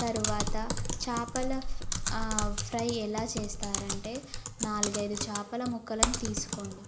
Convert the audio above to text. తరువాత చేపల ఫ్రై ఎలా చేస్తారంటే నాలుగైదు చేపల మొక్కలను తీసుకోండి